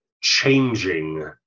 changing